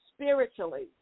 spiritually